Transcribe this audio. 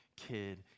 kid